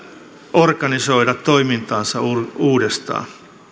organisoida toimintaansa uudestaan